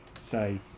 say